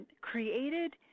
created